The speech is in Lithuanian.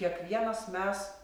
kiekvienas mes